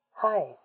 Hi